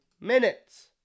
minutes